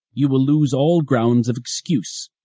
you will lose all grounds of excuse,